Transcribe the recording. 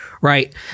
Right